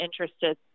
interested